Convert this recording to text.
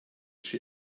she